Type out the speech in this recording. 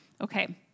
Okay